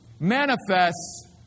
Manifests